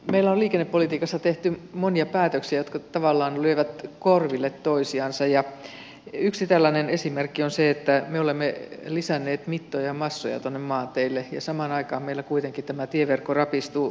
meillä on liikennepolitiikassa tehty monia päätöksiä jotka tavallaan lyövät korville toisiansa ja yksi tällainen esimerkki on se että me olemme lisänneet mittoja ja massoja tuonne maanteille ja samaan aikaan meillä kuitenkin tämä tieverkko rapistuu vauhdikkaasti